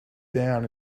down